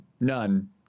none